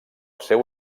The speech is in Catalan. seu